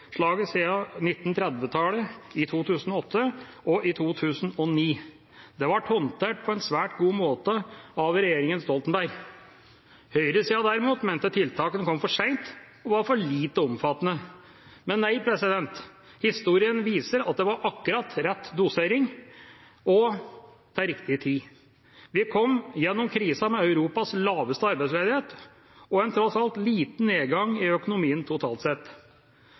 i 2008 og i 2009. Det ble håndtert på en svært god måte av regjeringa Stoltenberg. Høyresiden derimot mente tiltakene kom for sent og var for lite omfattende. Men nei, historien viser at det var akkurat rett dosering og til riktig tid. Vi kom gjennom krisen med Europas laveste arbeidsledighet og en tross alt liten nedgang i økonomien totalt sett.